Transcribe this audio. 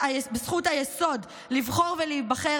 בזכות היסוד לבחור ולהיבחר,